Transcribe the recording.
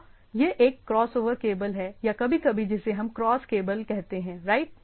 तो यह एक क्रॉसओवर केबल है या कभी कभी जिसे हम क्रॉस केबल कहते हैं राइट